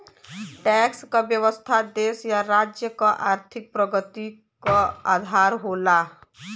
tax क व्यवस्था देश या राज्य क आर्थिक प्रगति क आधार होला